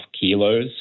kilos